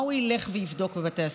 מה הוא ילך ויבדוק בבתי הספר?